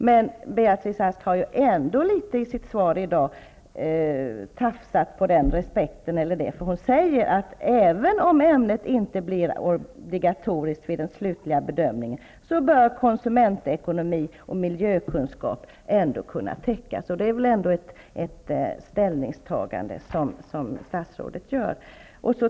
Men Beatrice Ask har ändå i sitt svar i dag tafsat litet grand på den respekten. Hon säger, att även om ämnet inte blir obligatoriskt vid den slutliga bedömningen, bör konsumentekonomi och miljökunskap kunna täckas. Det är väl ändå ett ställningstagande som statsrådet gör?